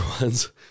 ones